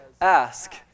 Ask